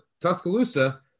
Tuscaloosa